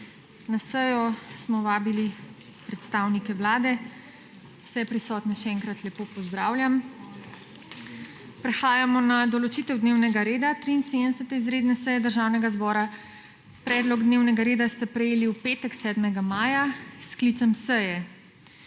Na sejo smo vabili predstavnike Vlade. Vse prisotne še enkrat lepo pozdravljam! Prehajamo na določitev dnevnega reda 73. izredne seje Državnega zbora. Predlog dnevnega reda ste prejeli v petek, 7. maja, s sklicem seje.